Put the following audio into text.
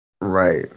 Right